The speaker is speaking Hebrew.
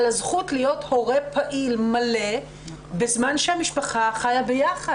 על הזכות להיות הורה פעיל מלא בזמן שהמשפחה חיה ביחד.